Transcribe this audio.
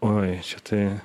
oi čia tai